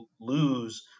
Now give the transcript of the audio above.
lose